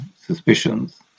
suspicions